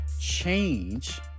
change